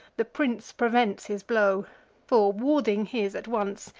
the prince prevents his blow for, warding his at once,